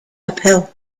uphill